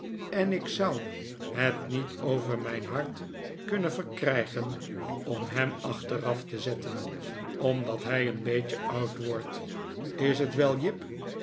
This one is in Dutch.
en ik zou het niet over mijn hart kunnen verkrijgen om hem achteraf te zetteh omdat hij een beetje oud wordt is t wel jip